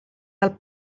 del